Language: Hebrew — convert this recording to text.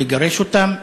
לגרש אותם,